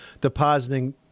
depositing